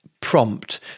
prompt